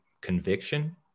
conviction